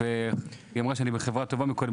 אמרו פה קודם שאני בחברה טובה,